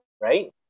right